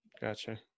Gotcha